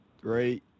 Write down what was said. three